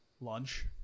lunch